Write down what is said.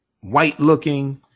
white-looking